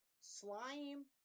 slime